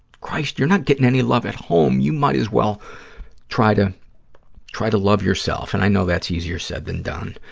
christ, you're not getting any love at home. you might as well try to try to love yourself, and i know that's easier said than done.